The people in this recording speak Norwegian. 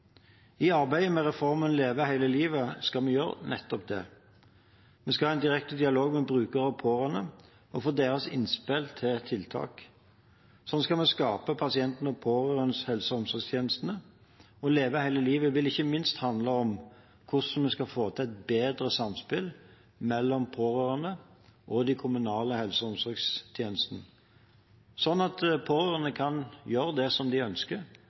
I arbeidet med reformen Leve hele livet skal vi gjøre nettopp det. Vi skal ha en direkte dialog med brukere og pårørende og få deres innspill til tiltak. Slik skal vi skape pasientens og de pårørendes helse- og omsorgstjeneste. Leve hele livet vil ikke minst handle om hvordan vi skal få til et bedre samspill mellom pårørende og de kommunale helse- og omsorgstjenestene, slik at pårørende kan gjøre det de ønsker,